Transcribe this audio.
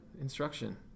instruction